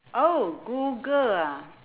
oh google ah